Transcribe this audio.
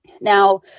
Now